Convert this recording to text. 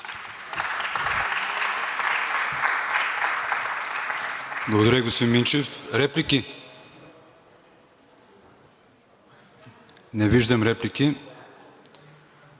Благодаря, господин Минчев. Реплики? Не виждам.